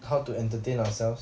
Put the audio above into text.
how to entertain ourselves